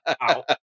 out